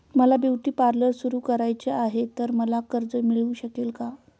मला beauty parlour सुरू करायचे आहे तर मला कर्ज मिळू शकेल का?